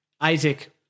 Isaac